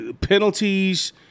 Penalties